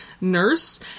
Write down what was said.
nurse